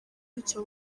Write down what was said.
bityo